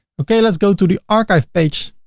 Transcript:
okay. let's go to the archive page.